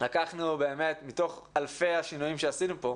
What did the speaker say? לקחנו באמת מתוך אלפי השינויים שעשינו פה,